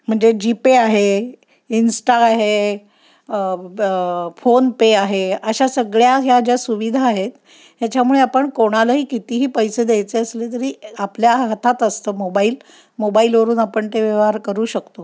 म्हणजे जीपे आहे इन्स्टा आहे फोनपे आहे अशा सगळ्या ह्या ज्या सुविधा आहेत ह्याच्यामुळे आपण कोणालाही कितीही पैसे द्यायचे असले तरी आपल्या हातात असतं मोबाईल मोबाईलवरून आपण ते व्यवहार करू शकतो